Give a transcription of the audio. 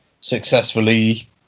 successfully